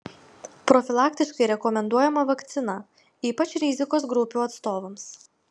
profilaktiškai rekomenduojama vakcina ypač rizikos grupių atstovams